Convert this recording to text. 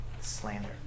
slander